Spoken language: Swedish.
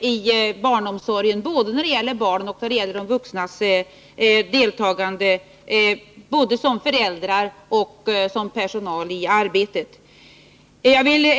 i barnomsorgen, både när det gäller barnen och när det gäller de vuxnas deltagande — som föräldrar och som personal i arbetet.